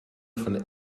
von